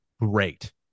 great